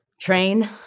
train